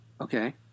okay